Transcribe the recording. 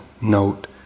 note